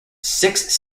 six